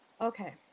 okay